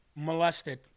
Molested